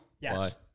Yes